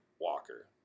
Walker